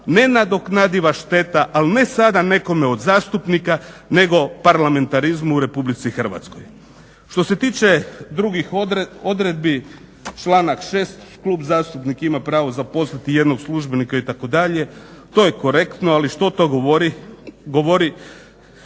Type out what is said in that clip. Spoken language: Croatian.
nenadoknadiva šteta, ali ne sada nekome od zastupnika nego parlamentarizmu u Republici Hrvatskoj. Što se tiče drugih odredbi, članak 6. klub zastupnika ima pravo zaposliti jednog službenika itd., to je korektno, ali što to govori, govori